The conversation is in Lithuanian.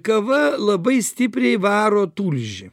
kava labai stipriai varo tulžį